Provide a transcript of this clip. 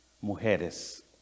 mujeres